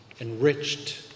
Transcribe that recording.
enriched